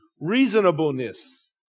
reasonableness